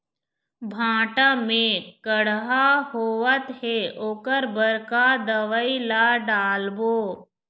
भांटा मे कड़हा होअत हे ओकर बर का दवई ला डालबो?